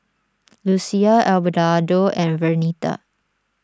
Lucina Abelardo and Vernita